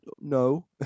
no